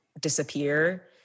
disappear